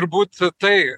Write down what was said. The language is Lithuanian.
turbūt tai